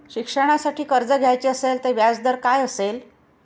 शिक्षणासाठी कर्ज घ्यायचे असेल तर व्याजदर काय असेल?